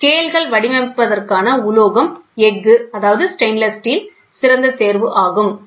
ஸ்கேல்கள் வடிவமைப்பதற்கான உலோகம் எஃகு ஸ்டைன்லேஸ் ஸ்டீல் சிறந்த தேர்வு ஆகும்